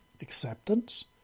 Acceptance